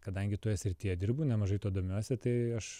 kadangi toje srityje dirbu nemažai tuo domiuosi tai aš